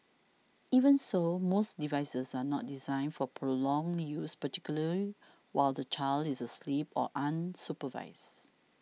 even so most devices are not designed for prolonged use particularly while the child is asleep or unsupervised